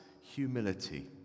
humility